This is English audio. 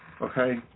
okay